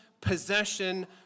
possession